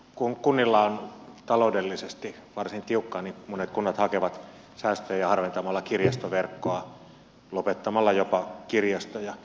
kun kunnilla on taloudellisesti varsin tiukkaa niin monet kunnat hakevat säästöjä harventamalla kirjastoverkkoa lopettamalla jopa kirjastoja